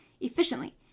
efficiently